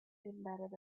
embedded